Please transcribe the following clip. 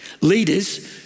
Leaders